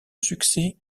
succès